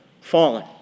fallen